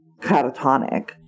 catatonic